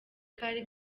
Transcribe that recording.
kari